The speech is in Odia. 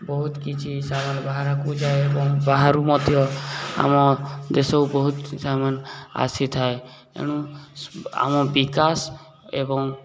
ବହୁତ କିଛି ସାମାନ ବାହାରକୁ ଯାଏ ଏବଂ ବାହାରୁ ମଧ୍ୟ ଆମ ଦେଶକୁ ବହୁତ ସାମାନ ଆସିଥାଏ ଏଣୁ ଆମ ବିକାଶ ଏବଂ